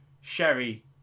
Sherry